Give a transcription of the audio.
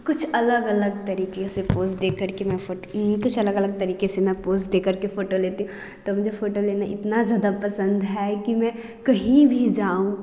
कुछ अलग अलग तरीक़े से पोज़ देकर के मैं फोटो कुछ अलग अलग तरीक़े से मैं पोज़ देकर के फोटो लेती हूँ तो मुझे फोटो लेना इतना ज़्यादा पसंद है कि मैं कहीं भी जाऊँ